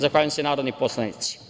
Zahvaljujem se narodni poslanici.